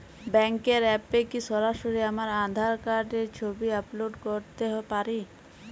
ব্যাংকের অ্যাপ এ কি সরাসরি আমার আঁধার কার্ড র ছবি আপলোড করতে পারি?